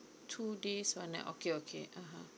two days one night okay okay (uh huh)